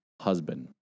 husband